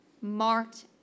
marked